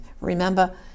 Remember